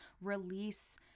release